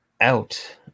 out